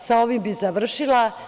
Sa ovim bih završila.